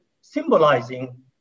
symbolizing